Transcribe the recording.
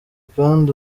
kandi